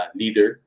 leader